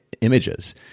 images